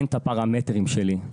אין את הפרמטרים שלי,